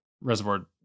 reservoir